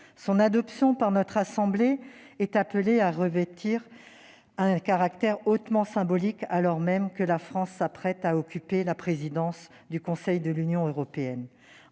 Son adoption par notre Haute Assemblée est appelée à revêtir un caractère hautement symbolique alors que la France s'apprête à exercer la présidence du Conseil de l'Union européenne.